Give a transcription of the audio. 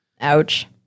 Ouch